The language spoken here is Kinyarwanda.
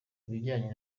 ibijyanye